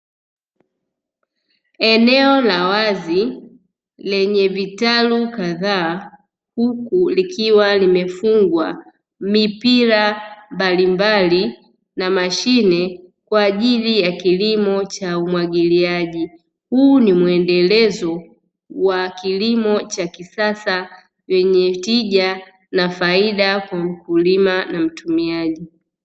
Eneo la wazi lenyee vitalu kadhaa huku likiwa limefungwa mipira mbalimbali na mashine kwajili ya kilimo cha umwagiliaji, huu ni mwendelezo wa kilimo cha kisasa chenye tija na faida kwa mkulima na mtumiaji.